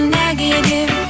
negative